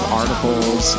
articles